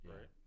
Right